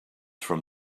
from